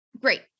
Great